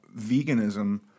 veganism